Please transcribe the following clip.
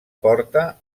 porta